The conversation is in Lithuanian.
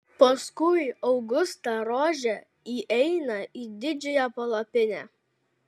paskui augustą rožė įeina į didžiąją palapinę